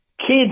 kids